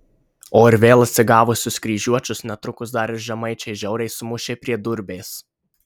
o ir vėl atsigavusius kryžiuočius netrukus dar ir žemaičiai žiauriai sumušė prie durbės